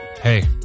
Hey